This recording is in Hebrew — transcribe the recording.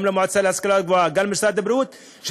גם למועצה להשכלה גבוהה וגם למשרד הבריאות,